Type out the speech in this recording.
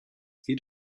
geht